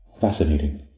fascinating